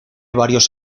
varios